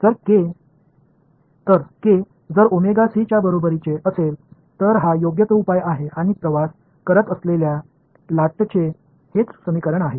तर के जर ओमेगा सी च्या बरोबरीचे असेल तर हा योग्य तो उपाय आहे आणि प्रवास करत असलेल्या लाटचे हेच समीकरण आहे